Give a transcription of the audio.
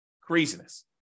Craziness